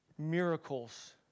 miracles